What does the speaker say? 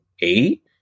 eight